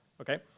Okay